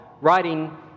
writing